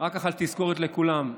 רק תזכורת לכולם: